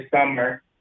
summer